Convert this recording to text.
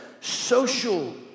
social